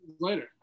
later